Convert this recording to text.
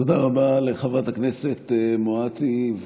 תודה רבה לחברת הכנסת מואטי,